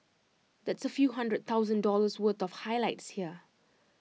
that's A few hundred thousand dollars worth of highlights here